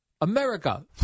America